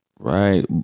Right